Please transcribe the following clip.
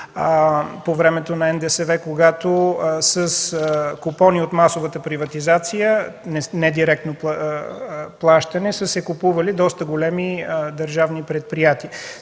по времето на НДСВ, когато с купони от масовата приватизация, не директно плащане, са се купували доста големи държавни предприятия.